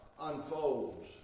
unfolds